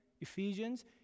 Ephesians